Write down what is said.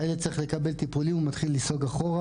הילד היה צריך לקבל טיפולים הוא מתחיל לסגת אחורה.